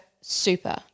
super